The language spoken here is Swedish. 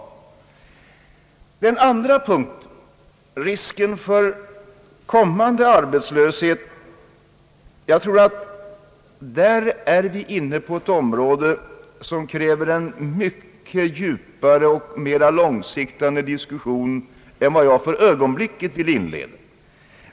I den andra punkten — risken för kommande arbetslöshet — tror jag att vi är inne på ett område som kräver en mycket djupare och mera långsiktande diskussion än vad jag för ögonblicket vill inleda.